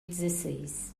dezesseis